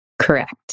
Correct